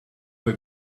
were